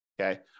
Okay